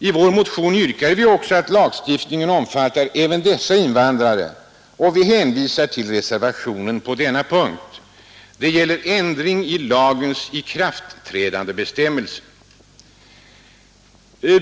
I vår motion yrkar vi också att lagstiftningen skall omfatta även dessa invandrare, och vi hänvisar till reservationen på denna punkt. Det gäller ändring i lagens ikraftträdandebestämmelse.